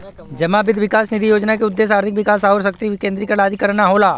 जमा वित्त विकास निधि योजना क उद्देश्य आर्थिक विकास आउर शक्ति क विकेन्द्रीकरण आदि करना हौ